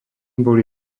boli